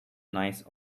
nice